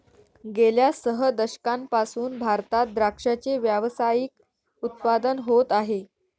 गेल्या सह दशकांपासून भारतात द्राक्षाचे व्यावसायिक उत्पादन होत आहे